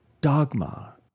dogma